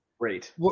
great